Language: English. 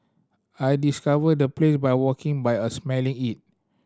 I discovered the place by walking by a smelling it